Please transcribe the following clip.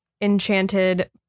enchanted